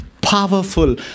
powerful